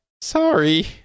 Sorry